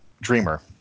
dreamer